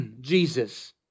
Jesus